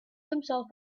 himself